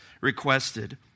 requested